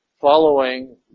following